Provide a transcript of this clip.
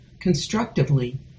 constructively